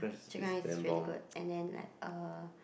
chicken rice is really good and then like uh